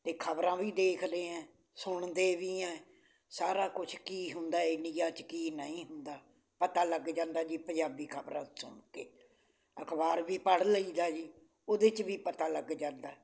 ਅਤੇ ਖ਼ਬਰਾਂ ਵੀ ਦੇਖਦੇ ਹਾਂ ਸੁਣਦੇ ਵੀ ਹੈ ਸਾਰਾ ਕੁਛ ਕੀ ਹੁੰਦਾ ਇੰਡੀਆ 'ਚ ਕੀ ਨਹੀਂ ਹੁੰਦਾ ਪਤਾ ਲੱਗ ਜਾਂਦਾ ਜੀ ਪੰਜਾਬੀ ਖ਼ਬਰਾਂ ਸੁਣ ਕੇ ਅਖ਼ਬਾਰ ਵੀ ਪੜ੍ਹ ਲਈਦਾ ਜੀ ਉਹਦੇ 'ਚ ਵੀ ਪਤਾ ਲੱਗ ਜਾਂਦਾ